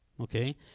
okay